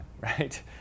right